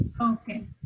Okay